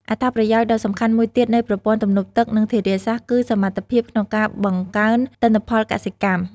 អត្ថប្រយោជន៍ដ៏សំខាន់មួយទៀតនៃប្រព័ន្ធទំនប់ទឹក និងធារាសាស្ត្រ គឺសមត្ថភាពក្នុងការបង្កើនទិន្នផលកសិកម្ម។